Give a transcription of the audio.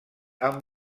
amb